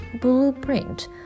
blueprint